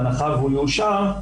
בהנחה והוא יאושר,